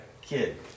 kid